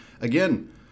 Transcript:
Again